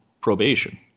probation